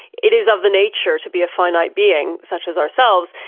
it is of the nature to be a finite being, such as ourselves,